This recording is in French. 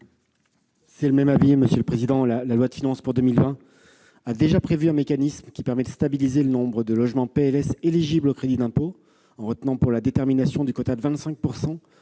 est l'avis du Gouvernement ? Même avis. La loi de finances pour 2020 a déjà prévu un mécanisme permettant de stabiliser le nombre de logements PLS éligibles au crédit d'impôt, en retenant pour la détermination du quota de 25